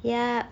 ya